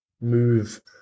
move